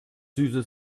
süße